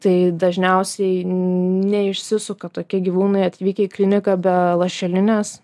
tai dažniausiai neišsisuka tokie gyvūnai atvykę į kliniką be lašelinės